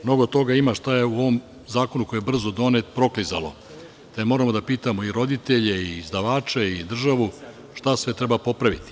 Mnogo toga ima što je u ovom zakonu, koji je brzo donet, proklizalo, te moramo da pitamo i roditelje i izdavače i državu šta sve treba popraviti.